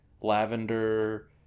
lavender